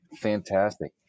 Fantastic